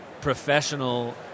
professional